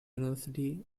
university